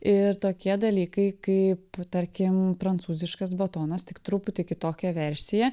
ir tokie dalykai kaip tarkim prancūziškas batonas tik truputį kitokia versija